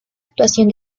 actuación